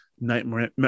nightmare